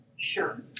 Sure